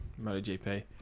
MotoGP